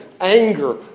anger